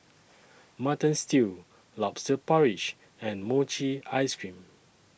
Mutton Stew Lobster Porridge and Mochi Ice Cream